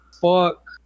fuck